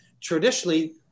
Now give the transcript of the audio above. traditionally